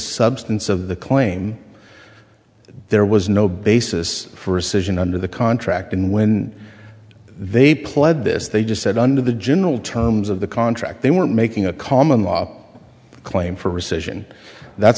substance of the claim there was no basis for recision under the contract and when they played this they just said under the general terms of the contract they were making a common law claim for recision that